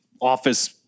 office